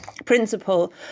principle